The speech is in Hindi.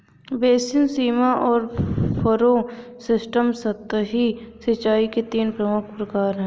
बेसिन, सीमा और फ़रो सिस्टम सतही सिंचाई के तीन प्रमुख प्रकार है